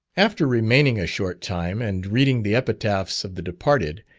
after remaining a short time, and reading the epitaphs of the departed,